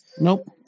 Nope